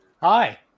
Hi